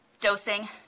Dosing